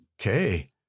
Okay